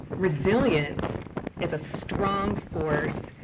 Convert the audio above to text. resilience is a strong force,